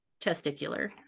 testicular